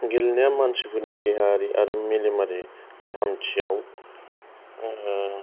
गेलेनाया मानसिफोरनि देहायारि आरो मेलेमारि गाहामथियाव